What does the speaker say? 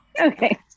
Okay